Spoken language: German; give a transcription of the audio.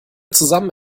zusammen